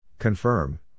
Confirm